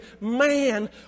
man